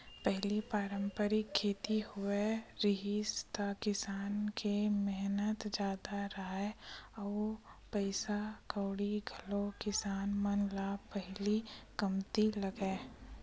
पहिली पारंपरिक खेती होवत रिहिस त किसान के मेहनत जादा राहय अउ पइसा कउड़ी घलोक किसान मन न पहिली कमती लगय